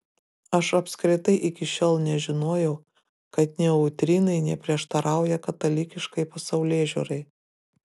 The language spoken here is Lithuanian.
aš apskritai iki šiol nežinojau kad neutrinai neprieštarauja katalikiškai pasaulėžiūrai